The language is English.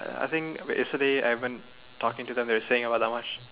I think yesterday I have been talking to them they were saying that much